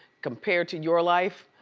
compared to your life,